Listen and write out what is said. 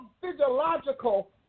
physiological